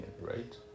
right